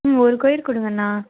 ம் ஒரு கொயர் கொடுங்கண்ணா